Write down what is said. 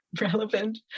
relevant